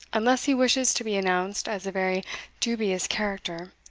unless he wishes to be announced as a very dubious character,